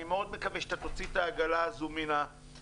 אני מאוד מקווה שאתה תוציא את העגלה הזאת מהבוץ.